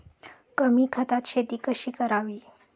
कमी खतात शेती कशी करावी?